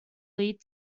lead